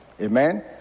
Amen